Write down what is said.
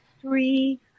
Three